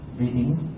readings